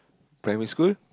private school